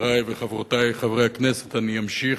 חברי וחברותי חברי הכנסת, אני אמשיך,